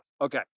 Okay